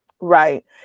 Right